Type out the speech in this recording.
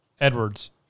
Edwards